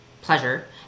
pleasure